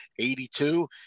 82